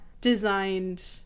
designed